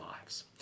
lives